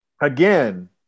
again